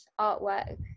artwork